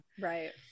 right